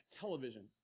Television